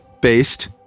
based